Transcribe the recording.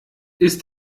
ist